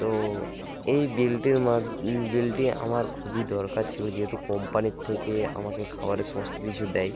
তো এই বিলটির মা বিলটি আমার খুবই দরকার ছিল যেহেতু কোম্পানির থেকে আমাকে খাবারের সমস্ত কিছু দেয়